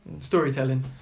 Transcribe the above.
storytelling